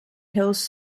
hills